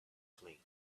flee